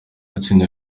itsinda